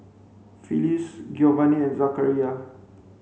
Phillis Giovani Zachariah